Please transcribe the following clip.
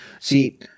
See